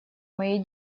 моей